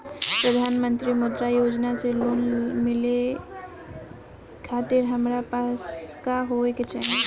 प्रधानमंत्री मुद्रा योजना से लोन मिलोए खातिर हमरा पास का होए के चाही?